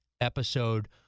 episode